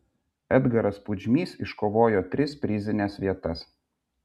edgaras pudžmys iškovojo tris prizines vietas